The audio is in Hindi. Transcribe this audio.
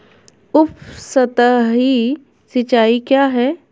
उपसतही सिंचाई क्या है?